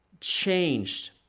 Changed